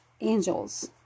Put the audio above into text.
angels